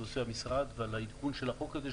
שעושה המשרד ועל העדכון של החוק הזה,